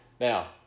Now